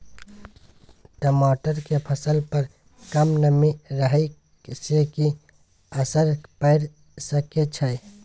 टमाटर के फसल पर कम नमी रहै से कि असर पैर सके छै?